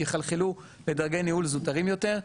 יחלחלו לדרגי ניהול זוטרים יותר.